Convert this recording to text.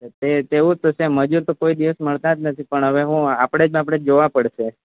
એવું તો છે મજૂર તો કોઈ દિવસ મળતા જ નથી પણ હવે હું આપડે જ આપડે જોવા પડશે